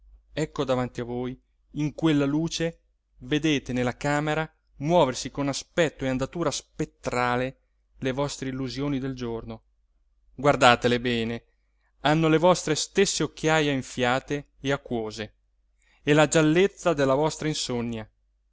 ecco davanti a voi in quella luce vedete nella camera muoversi con aspetto e andatura spettrale le vostre illusioni del giorno guardatele bene hanno le vostre stesse occhiaje enfiate e acquose e la giallezza della vostra insonnia